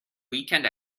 weekend